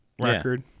record